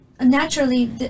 naturally